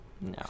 No